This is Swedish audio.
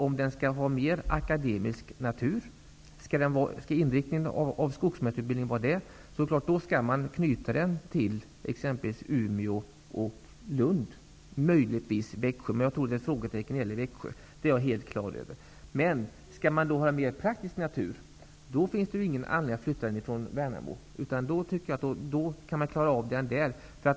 Om inriktningen av skogsmästarutbildningen skall vara av mer akademisk natur bör den knytas till exempelvis Umeå och Lund, eller möjligtvis Växjö -- även om jag vill sätta ett frågetecken för Växjö. Men skall utbildningen vara av mer praktisk natur finns det ingen anledning att flytta den från Värnamo. Då kan man klara av den där.